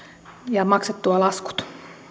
ja maksettua laskut